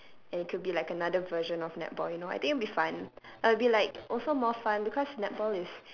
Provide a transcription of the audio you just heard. and it could be like another version of netball you know I think it would be fun it'll be like also more fun because netball is